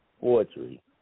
poetry